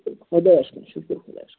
شُکُر خۄدایَس کُن شُکُر خۄدایَس کُن